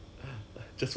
几时几时做